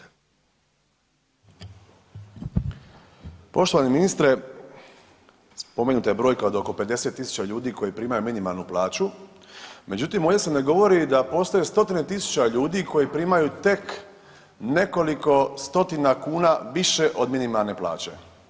Poštovani ministre, spomenuta je brojka od oko 50 tisuća ljudi koji primaju minimalnu plaću, međutim, ovdje se ne govori da postoje stotine tisuća ljudi koji primaju tek nekoliko stotina kuna više od minimalne plaće.